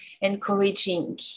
Encouraging